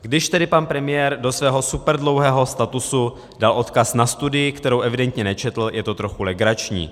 Když tedy pan premiér do svého superdlouhého statusu dal odkaz na studii, kterou evidentně nečetl, je to trochu legrační.